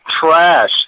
trash